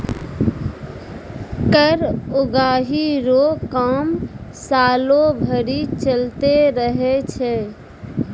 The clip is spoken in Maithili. कर उगाही रो काम सालो भरी चलते रहै छै